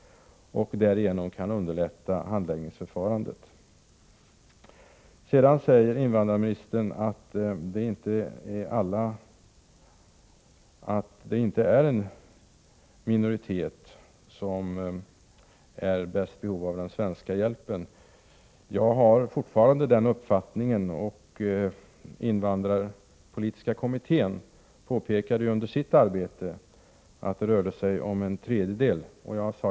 Därigenom skulle handläggningen underlättas. Invandrarministern sade att det inte är en minoritet som har det största behovet av den svenska hjälpen. Fortfarande har jag emellertid den uppfattningen, och invandrarpolitiska kommittén påpekade ju att det rörde sig om en tredjedel.